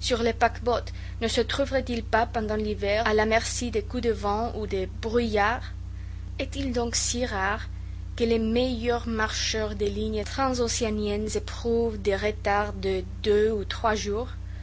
sur les paquebots ne se trouverait-il pas pendant l'hiver à la merci des coups de vent ou des brouillards est-il donc si rare que les meilleurs marcheurs des lignes transocéaniennes éprouvent des retards de deux ou trois jours